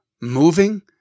moving